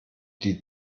die